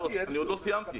אני עוד לא סיימתי.